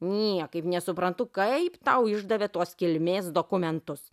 niekaip nesuprantu kaip tau išdavė tuos kilmės dokumentus